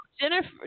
Jennifer